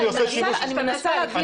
אותם.